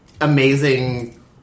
amazing